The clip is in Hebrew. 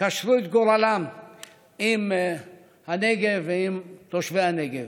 קשרו את גורלן עם הנגב ועם תושבי הנגב.